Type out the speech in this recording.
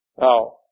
Now